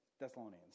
Thessalonians